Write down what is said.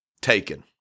taken